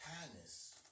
Kindness